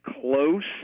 close